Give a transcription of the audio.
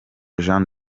jean